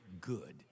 good